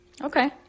Okay